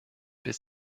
bis